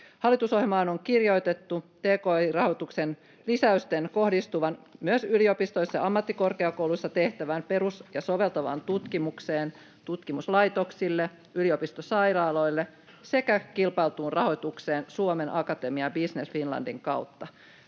Hallitusohjelmaan on kirjoitettu tki-rahoituksen lisäysten kohdistuvan myös yliopistoissa, ammattikorkeakouluissa tehtävään perus- ja soveltavaan tutkimukseen tutkimuslaitoksille, yliopistosairaaloille sekä kilpailtuun rahoitukseen Suomen Akatemiaan Business Finlandin kautta.